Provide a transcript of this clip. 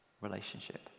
relationship